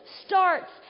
starts